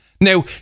Now